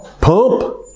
pump